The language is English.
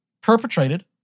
perpetrated